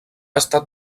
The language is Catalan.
estat